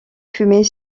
fumer